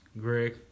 Greg